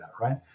right